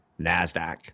NASDAQ